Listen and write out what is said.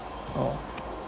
oh